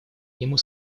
ему